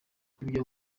ibyo